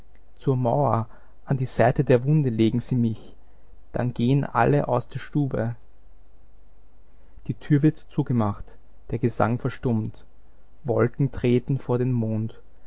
zur mauer an die seite der wunde legen sie mich dann gehen alle aus der stube die tür wird zugemacht der gesang verstummt wolken treten vor den mond